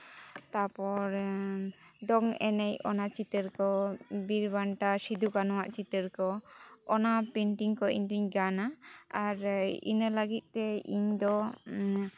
ᱛᱟᱯᱚᱨ ᱫᱚᱝ ᱮᱱᱮᱡ ᱚᱱᱟ ᱪᱤᱛᱟᱹᱨ ᱠᱚ ᱵᱤᱨᱵᱟᱱᱴᱟ ᱥᱤᱫᱩ ᱠᱟᱱᱩᱣᱟᱜ ᱪᱤᱛᱟᱹᱨ ᱠᱚ ᱚᱱᱟ ᱯᱮᱱᱴᱤᱝ ᱠᱚ ᱤᱧᱫᱩᱧ ᱜᱟᱱᱟ ᱟᱨ ᱤᱱᱟᱹ ᱞᱟᱹᱜᱤᱫᱛᱮ ᱤᱧᱫᱚ